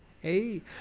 Hey